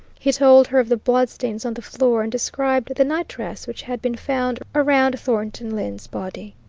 he told her of the bloodstains on the floor, and described the night-dress which had been found around thornton lyne's body.